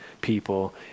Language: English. people